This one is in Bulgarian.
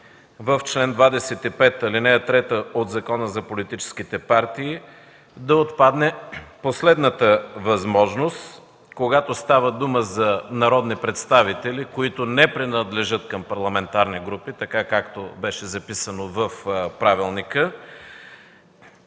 в чл. 25, ал. 3 от Закона за политическите партии да отпадне последната възможност – когато става дума за народни представители, които не принадлежат към парламентарни групи, както беше записано в правилника,